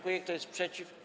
Kto jest przeciw?